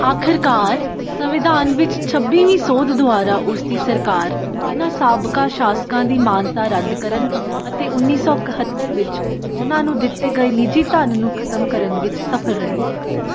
ਆਖਿਰਕਾਰ ਸੰਵਿਧਾਨ ਵਿੱਚ ਛੱਬੀਵੀਂ ਸੋਧ ਦੁਆਰਾ ਉਸ ਦੀ ਸਰਕਾਰ ਇਹਨਾਂ ਸਾਬਕਾ ਸ਼ਾਸਕਾਂ ਦੀ ਮਾਨਤਾ ਰੱਦ ਕਰਨ ਅਤੇ ਉੱਨੀ ਸੌ ਇਕਹੱਤਰ ਵਿੱਚ ਉਨ੍ਹਾਂ ਨੂੰ ਦਿੱਤੇ ਗਏ ਨਿੱਜੀ ਧਨ ਨੂੰ ਖਤਮ ਕਰਨ ਵਿੱਚ ਸਫਲ ਰਹੀ